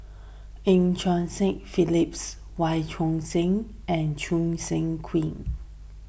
Eu Cheng Seng Phyllis Wee Choon Seng and Choo Seng Quee